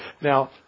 Now